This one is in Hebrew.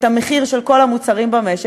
את המחירים של כל המוצרים במשק.